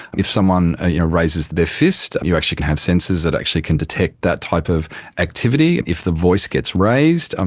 if someone ah you know raises their fist you actually can have sensors that actually can detect that type of activity. if the voice gets raised, um